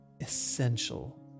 essential